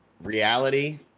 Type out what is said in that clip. Reality